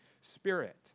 spirit